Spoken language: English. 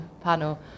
panel